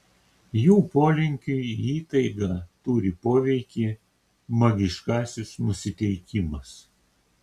jų polinkiui į įtaigą turi poveikį magiškasis nusiteikimas